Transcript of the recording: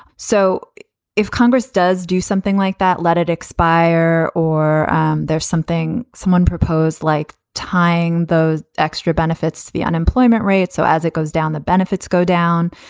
so if congress does do something like that, let it expire or there's something someone proposed, like tying those extra benefits to the unemployment rate. so as it goes down, the benefits go down.